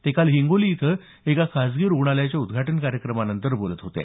ते काल हिंगोली इथं एका खासगी रुग्णालयाच्या उद्घाटन कार्यक्रमानंतर बोलत होते